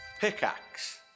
Pickaxe